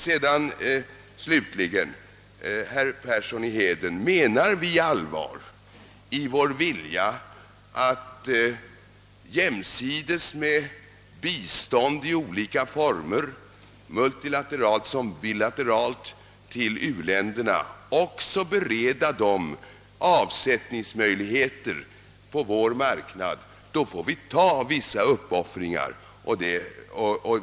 Menar vi allvar, herr Persson i Heden, med vår vilja att jämsides med bistånd i olika former till u-länderna, multilateralt och bilateralt, också bereda dem avsättningsmöjligheter på vår marknad, då får vi göra vissa uppoffringar.